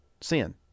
Sin